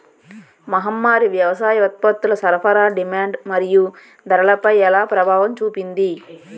మహమ్మారి వ్యవసాయ ఉత్పత్తుల సరఫరా డిమాండ్ మరియు ధరలపై ఎలా ప్రభావం చూపింది?